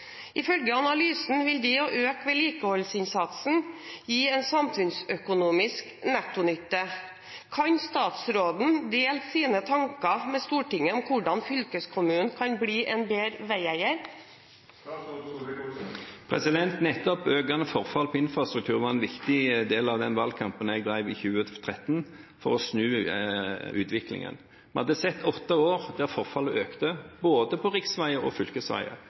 Ifølge analysen vil det å øke vedlikeholdsinnsatsen gi en samfunnsøkonomisk nettonytte. Kan statsråden dele sine tanker med Stortinget om hvordan fylkeskommunen kan bli en bedre veieier? Nettopp økende forfall på infrastruktur var en viktig del av den valgkampen jeg drev i 2013, for å snu utviklingen. Vi hadde sett åtte år der forfallet økte, både på riksveier og fylkesveier.